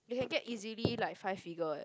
they can get easily like five figure eh